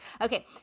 Okay